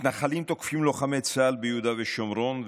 מתנחלים תוקפים לוחמי צה"ל ביהודה ושומרון,